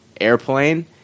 airplane